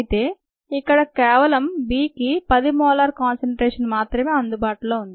అయితే ఇక్కడ B కి కేవలం 10 మోలార్ కాన్సన్ట్రేషన్ మాత్రమే అందుబాటులో ఉంది